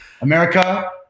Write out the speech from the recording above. America